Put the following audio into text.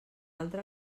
altra